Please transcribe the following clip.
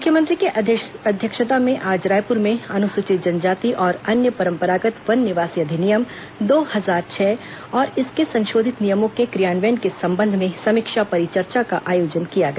मुख्यमंत्री की अध्यक्षता में आज रायपुर में अनुसूचित जनजाति औरं अन्य परम्परागत वन निवासी अधिनियम दो हजार छह और इसके संशोधित नियमों के क्रियान्वयन के संबंध में समीक्षा परिचर्चा का आयोजन किया गया